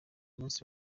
munsi